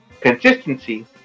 consistency